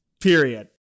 period